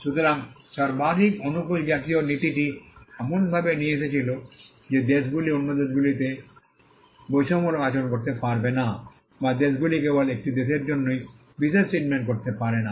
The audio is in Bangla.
সুতরাং সর্বাধিক অনুকূল জাতীয় নীতিটি এমনভাবে নিয়ে এসেছিল যে দেশগুলি অন্য দেশগুলিকে বৈষম্যমূলক আচরণ করতে পারে না বা দেশগুলি কেবল একটি দেশের জন্যই বিশেষ ট্রিটমেন্ট করতে পারে না